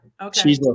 okay